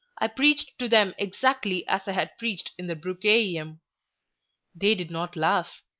i preached to them exactly as i had preached in the brucheium. they did not laugh.